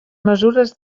mesures